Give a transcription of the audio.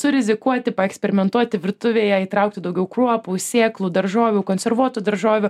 surizikuoti paeksperimentuoti virtuvėje įtraukti daugiau kruopų sėklų daržovių konservuotų daržovių